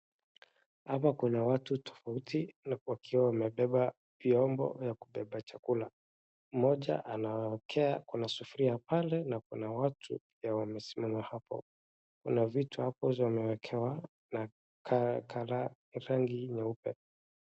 Hapa kuna watu tofauti na wakiwa wabeba vyombo ya kubeba chakula, mmoja anawawekea na kuna sufuria pale, na kuna watu na wamesimama hapo, kuna vitu ambazo wamewekewa na rangi nyeupe.